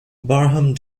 barham